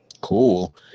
cool